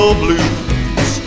blues